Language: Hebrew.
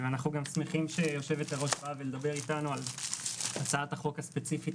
אנחנו שמחים שיושבת-ראש הוועדה באה לדבר איתנו על הצעת החוק הספציפית